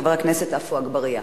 חבר הכנסת עפו אגבאריה.